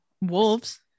wolves